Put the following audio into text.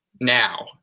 now